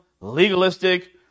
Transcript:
legalistic